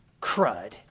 crud